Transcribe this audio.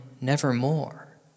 nevermore